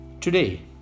today